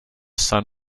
son